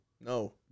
No